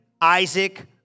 Isaac